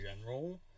general